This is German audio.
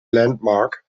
landmark